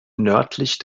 nördlich